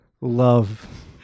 love